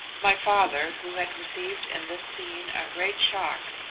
my father who had received in this scene a great shock,